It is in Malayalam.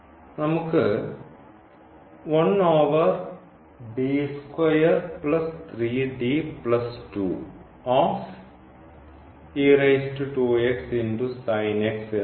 നമുക്ക് എന്നുണ്ട്